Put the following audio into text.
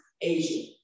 Asian